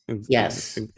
Yes